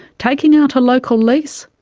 taking out a local lease,